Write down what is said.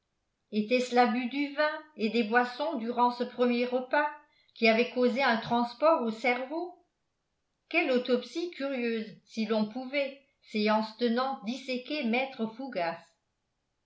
était-ce l'abus du vin et des boissons durant ce premier repas qui avait causé un transport au cerveau quelle autopsie curieuse si l'on pouvait séance tenante disséquer maître fougas